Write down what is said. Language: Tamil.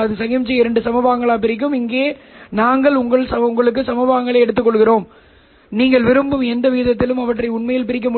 ஆகவே நான் ஒரு வாட் ஆப்டிகல் சக்தியை வைத்தால் எனக்கு 1 ஆம்பியர் புகைப்பட மின்னோட்டம் கிடைக்கிறது எனவே இந்த மதிப்பு பொதுவாக ஒரு வாட்டிற்கு